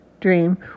dream